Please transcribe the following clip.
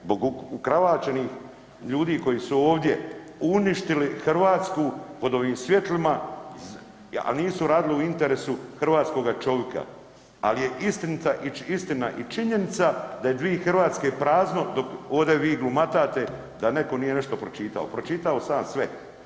Zbog ukravačenih ljudi koji su ovdje uništili Hrvatsku pod ovim svjetlima, a nisu radili u svjetlima hrvatskoga čovjeka, ali je istinita i činjenica da je 2/3 Hrvatske prazno dok ovde vi glumatete da netko nije nešto pročitao, pročitao sam sve.